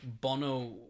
Bono